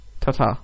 Ta-ta